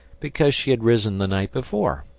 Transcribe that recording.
because she had risen the night before.